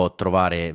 trovare